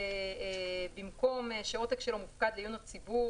במקום "שעותק שלו מופקד לעיון הציבור